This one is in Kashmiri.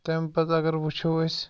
تَمہِ پَتہٕ اگر وٕچھو أسۍ